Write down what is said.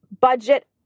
budget